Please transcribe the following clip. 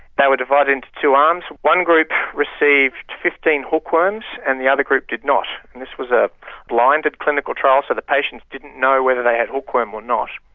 they were divided into two arms, one group received fifteen hookworms and the other group did not. this was a blinded clinical trial so the patients didn't know whether they had hookworm or not.